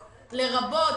לרבות,